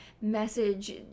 message